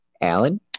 Alan